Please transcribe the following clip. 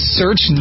search